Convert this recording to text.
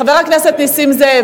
חבר הכנסת נסים זאב,